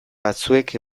batzuek